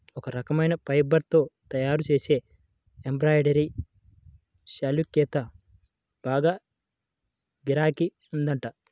ఒక రకమైన ఫైబర్ తో తయ్యారుజేసే ఎంబ్రాయిడరీ శాల్వాకైతే బాగా గిరాకీ ఉందంట